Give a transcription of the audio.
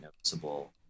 noticeable